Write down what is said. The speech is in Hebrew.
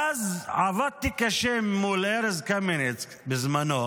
ואז עבדתי קשה מול ארז קמינץ בזמנו